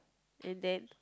and then